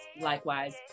likewise